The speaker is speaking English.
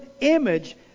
image